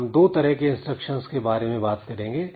हम दो तरह के इंस्ट्रक्शंस के बारे में बात करेंगे